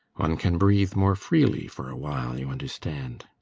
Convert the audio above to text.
one can breathe more freely for a while, you understand.